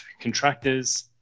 contractors